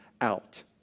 out